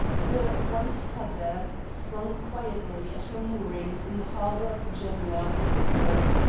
the white heather swung quietly at her moorings in the harbor of genoa the superb.